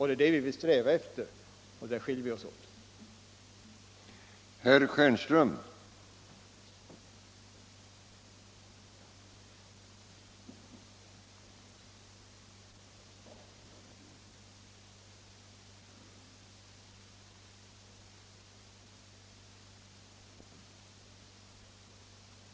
Det är det vi vill sträva efter, och där skiljer vi och herr Magnusson i Kristinehamn oss åt.